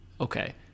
Okay